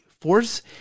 Force